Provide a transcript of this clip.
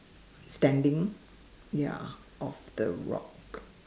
standing ya of the rock